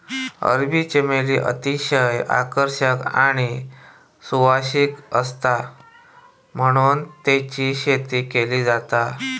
अरबी चमेली अतिशय आकर्षक आणि सुवासिक आसता म्हणून तेची शेती केली जाता